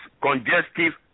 congestive